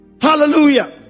Hallelujah